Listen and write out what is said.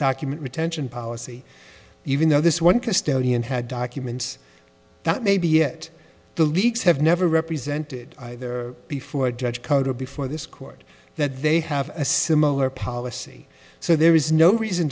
document retention policy even though this one custodian had documents that may be it the leaks have never represented before judge culture before this court that they have a similar policy so there is no reason